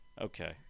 okay